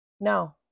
No